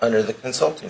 under the consult